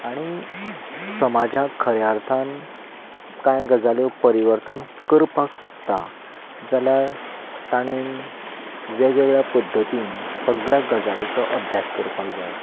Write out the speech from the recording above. आनी समाजाक खऱ्या अर्थान कांय गजाल्यो परिवर्तन करपाक सोदता जाल्या ताणेन वेगवेगळ्या पद्दतीन सगळ्यां गजालींचो अभ्यास करपाक जाय